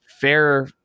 fair